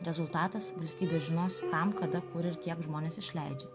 rezultatas valstybė žinos kam kada kur ir kiek žmonės išleidžia